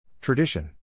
Tradition